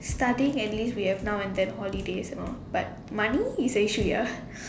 studying at least we have now and then holidays you know but money is a issue ya